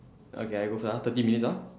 okay I go first ah thirty minutes ah